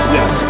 Yes